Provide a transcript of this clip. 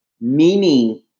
meaning